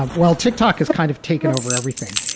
um well, tick tock is kind of taken over everything.